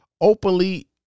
openly